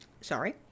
Sorry